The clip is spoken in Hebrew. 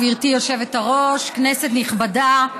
גברתי היושבת-ראש, כנסת נכבדה,